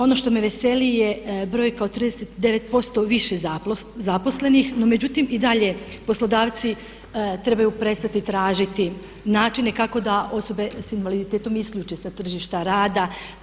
Ono što me veseli je broj kao 39% više zaposlenih no međutim i dalje poslodavci trebaju prestati tražiti načine kako da osobe s invaliditetom isključe sa tržišta rada.